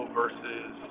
versus